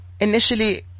Initially